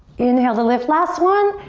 inhale to lift. last one!